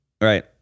Right